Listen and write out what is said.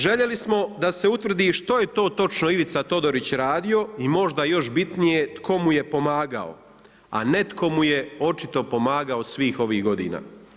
Željeli smo da se utvrdi što je to točno Ivica Todorić radi i možda još bitnije tko mu je pomagao, a netko mu je očito pomagao svih ovih godina.